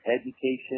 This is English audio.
education